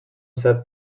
set